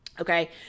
okay